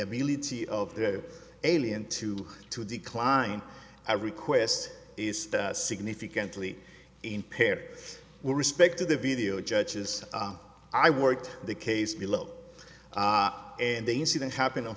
ability of the alien to to decline i request is significantly impaired will respect to the video judges i worked the case below and the incident happened